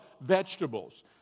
vegetables